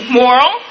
moral